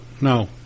No